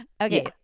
okay